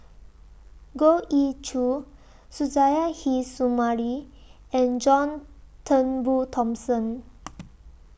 Goh Ee Choo Suzairhe Sumari and John Turnbull Thomson